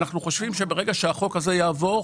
אנחנו חושבים שברגע שהחוק הזה יעבור,